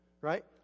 Right